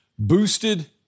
boosted